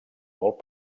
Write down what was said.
molt